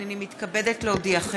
הנני מתכבדת להודיעכם,